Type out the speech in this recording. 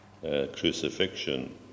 crucifixion